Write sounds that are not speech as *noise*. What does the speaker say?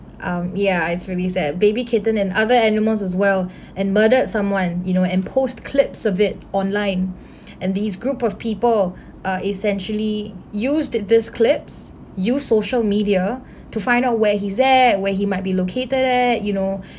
um ya it's really sad baby kitten and other animals as well *breath* and murdered someone you know and post clips of it online and these group of people uh essentially used these clips used social media to find out where he's at where he might be located at you know